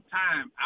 time